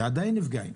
ועדיין נפגעים.